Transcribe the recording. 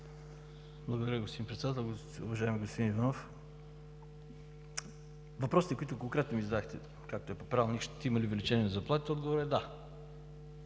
Благодаря, господин Председател. Уважаеми господин Иванов, въпросите, които конкретно ми зададохте, както е по правилник, ще има ли увеличение на заплатите, отговорът е: да,